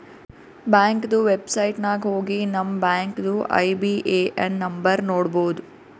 ಬ್ಯಾಂಕ್ದು ವೆಬ್ಸೈಟ್ ನಾಗ್ ಹೋಗಿ ನಮ್ ಬ್ಯಾಂಕ್ದು ಐ.ಬಿ.ಎ.ಎನ್ ನಂಬರ್ ನೋಡ್ಬೋದ್